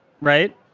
right